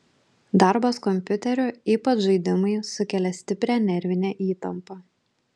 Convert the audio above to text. darbas kompiuteriu ypač žaidimai sukelia stiprią nervinę įtampą